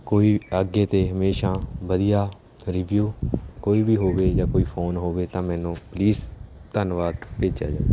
ਕੋਈ ਅੱਗੇ ਤੋਂ ਹਮੇਸ਼ਾ ਵਧੀਆ ਰਿਵਿਊ ਕੋਈ ਵੀ ਹੋਵੇ ਜਾਂ ਕੋਈ ਫੋਨ ਹੋਵੇ ਤਾਂ ਮੈਨੂੰ ਪਲੀਜ਼ ਧੰਨਵਾਦ ਭੇਜਿਆ ਜਾਵੇ